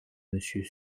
monsieur